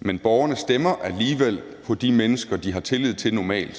Men borgerne stemmer alligevel på de mennesker, de normalt har tillid til,